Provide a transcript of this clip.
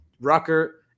Rucker